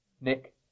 Nick